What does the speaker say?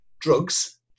drugs